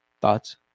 Thoughts